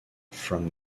from